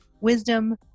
wisdom